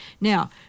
now